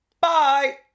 bye